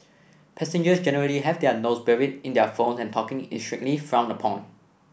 passengers generally have their nose buried in their phones and talking is strictly frowned upon